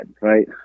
right